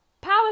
power